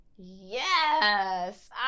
Yes